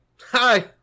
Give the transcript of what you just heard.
Hi